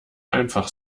einfach